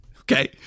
Okay